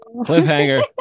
Cliffhanger